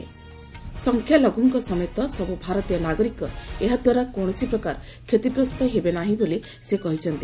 ସଂଖ୍ୟାଲଘୁଙ୍କ ସମେତ ସବୁ ଭାରତୀୟ ନାଗରିକ ଏହା ଦ୍ୱାରା କୌଣସି ପ୍ରକାର କ୍ଷତିଗ୍ରସ୍ତ ହେବେ ନାହିଁ ବୋଲି ସେ କହିଛନ୍ତି